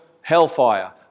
hellfire